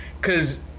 Cause